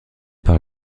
par